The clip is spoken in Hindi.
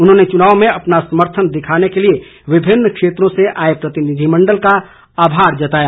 उन्होंने चुनाव में अपना समर्थन दिखाने के लिए विभिन्न क्षेत्रों से आए प्रतिनिधिमंडल का आभार जताया